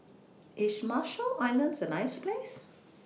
IS Marshall Islands A nice Place